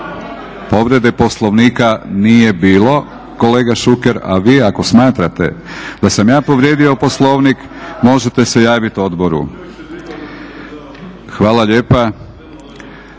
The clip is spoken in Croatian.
povrede Poslovnika nije bilo kolega Šuker, a vi ako smatrate da sam ja povrijedio Poslovnik možete se javiti odboru. Hvala lijepa.